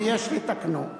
ויש לתקנו.